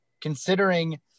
considering